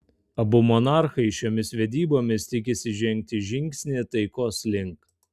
abu monarchai šiomis vedybomis tikisi žengti žingsnį taikos link